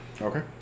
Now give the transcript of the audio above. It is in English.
Okay